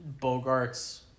Bogart's